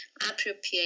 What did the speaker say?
appropriate